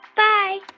bye